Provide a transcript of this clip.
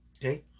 Okay